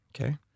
Okay